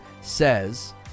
says